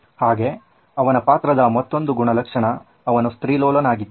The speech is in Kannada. ಹಾಗೇ ಅವನ ಪಾತ್ರದ ಮತ್ತೊಂದು ಗುಣಲಕ್ಷಣ ಅವನು ಸ್ತ್ರೀ ಲೋಲನಾಗಿದ್ದು